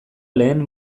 lehen